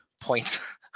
points